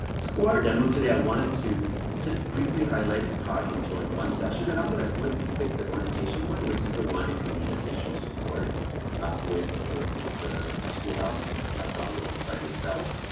so for our demo today, i wanted to just briefly highlight how i can join one session, and i'm going to pick pick the orientation one which is the one if you need additional support with the schoolhouse schoolhouse and world site itself.